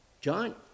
John